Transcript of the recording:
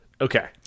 Okay